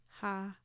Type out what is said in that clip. Ha